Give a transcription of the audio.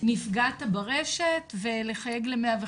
"נפגעת ברשת" ולחייג ל-105.